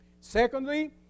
Secondly